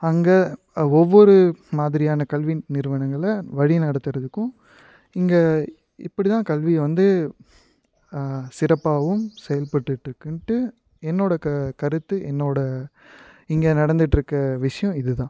அங்கே ஒவ்வொரு மாதிரியான கல்வி நிறுவனங்களை வழி நடத்துறதுக்கும் இங்கே இப்படி தான் கல்வியை வந்து சிறப்பாகவும் செயல்பட்டுகிட்டு இருக்குன்ட்டு என்னோட க கருத்து என்னோட இங்கே நடந்துட்டுருக்க விஷயம் இதுதான்